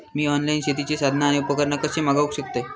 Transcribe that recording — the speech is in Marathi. मी ऑनलाईन शेतीची साधना आणि उपकरणा कशी मागव शकतय?